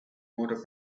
older